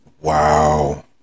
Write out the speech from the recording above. Wow